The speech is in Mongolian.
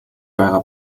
байгаа